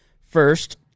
first